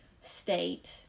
state